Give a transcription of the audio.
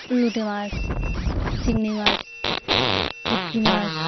লোটে মাছ চিংড়ি মাছ ভেটকি মাছ